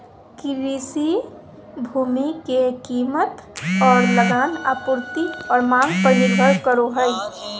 कृषि भूमि के कीमत और लगान आपूर्ति और मांग पर निर्भर करो हइ